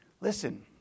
Listen